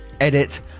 edit